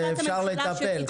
כך שאפשר לטפל.